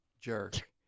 jerk